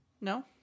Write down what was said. No